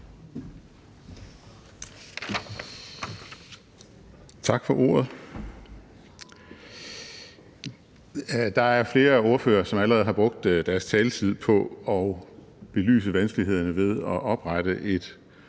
Tak for ordet. Der er flere ordførere, som allerede har brugt deres taletid på at belyse vanskelighederne ved at oprette et